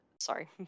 sorry